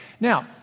Now